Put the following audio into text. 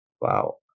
Wow